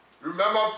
Remember